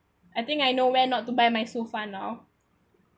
I think I know where not to buy my sofa now